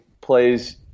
plays